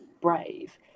brave